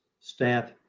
staff